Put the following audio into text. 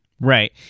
right